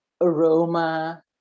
aroma